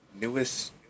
newest